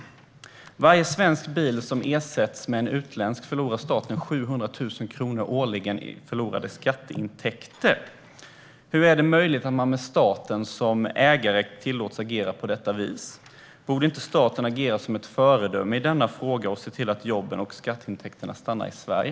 För varje svensk bil som ersätts med en utländsk förlorar staten 700 000 kronor årligen i förlorade skatteintäkter. Hur är det möjligt att man med staten som ägare tillåts agera på detta vis? Borde inte staten agera som ett föredöme i denna fråga och se till att jobben och skatteintäkterna stannar i Sverige?